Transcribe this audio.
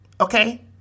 Okay